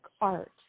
art